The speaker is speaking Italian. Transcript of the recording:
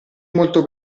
molto